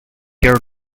your